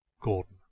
Gordon